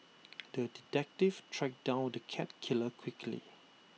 the detective tracked down the cat killer quickly